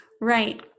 Right